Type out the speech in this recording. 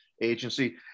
Agency